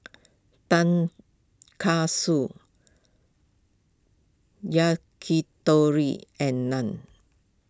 Tonkatsu Yakitori and Naan